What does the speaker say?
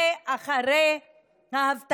עכשיו יותר טוב?